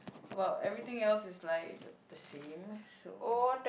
about everything else is like the same so